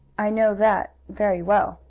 i know that very well,